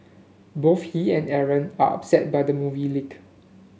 both he and Aaron are upset by the movie leak